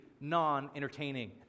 non-entertaining